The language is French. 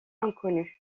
inconnus